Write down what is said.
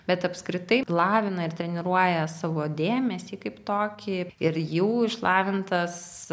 bet apskritai lavina ir treniruoja savo dėmesį kaip tokį ir jau išlavintas